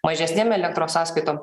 mažesnėm elektros sąskaitom